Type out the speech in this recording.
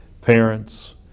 parents